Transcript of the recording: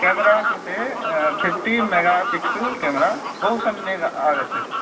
camera कृते fifteen megapixel camera बहु सम्यग् आगच्छति